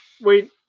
Wait